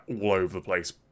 all-over-the-place